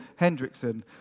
Hendrickson